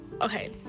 Okay